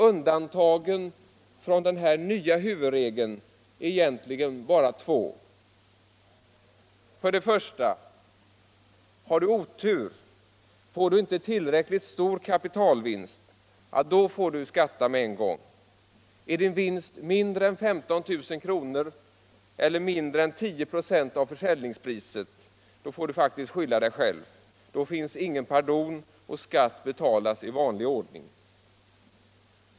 Undantagen från den nya huvudregeln är egentligen bara två. För det första: Har du otur, gör du inte tillräckligt stor kapitalvinst får du skatta med en gång. Är din vinst mindre än 15 000 kr. eller mindre än 10 96 av försäljningspriset får du faktiskt skylla dig själv. Då finns ingen pardon utan skatt betalas i vanlig ordning.